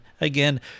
again